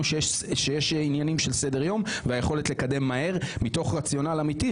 שיש עניינים של סדר-יום והיכולת לקדם מהר מתוך רציונל אמיתי,